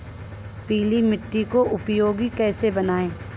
पीली मिट्टी को उपयोगी कैसे बनाएँ?